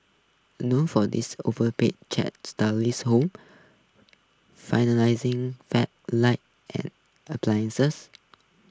known for this overpriced chic stylish home lighting and appliances